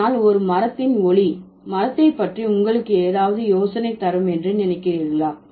அதனால் ஒரு மரத்தின் ஒலி மரத்தை பற்றி உங்களுக்கு ஏதாவது யோசனை தரும் என்று நினைக்கிறீர்களா